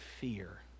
fear